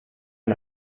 and